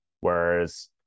Whereas